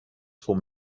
for